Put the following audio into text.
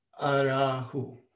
Arahu